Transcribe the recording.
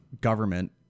government